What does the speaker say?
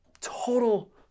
total